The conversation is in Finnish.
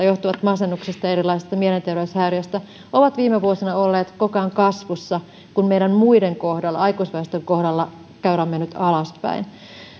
johtuvat masennuksesta ja erilaisista mielenterveyshäiriöistä on viime vuosina ollut koko ajan kasvussa kun meidän muun aikuisväestön kohdalla käyrä on mennyt alaspäin